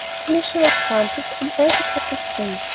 permission was granted and elsie cut the string.